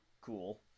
cool